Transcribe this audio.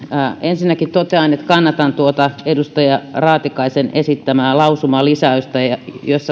ensinnäkin totean että kannatan edustaja raatikaisen esittämää lausumalisäystä